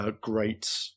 great